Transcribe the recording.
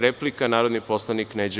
Replika, narodni poslanik Neđo